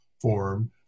form